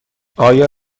آیا